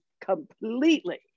completely